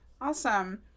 Awesome